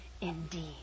indeed